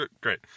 Great